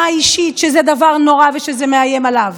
האישית שזה דבר נורא ושזה מאיים עליו,